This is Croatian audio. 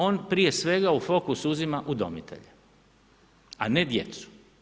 On prije svega u fokus uzima udomitelje, a ne djecu.